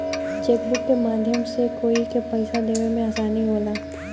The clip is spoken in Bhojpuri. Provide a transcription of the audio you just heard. चेकबुक के माध्यम से कोई के पइसा देवे में आसानी होला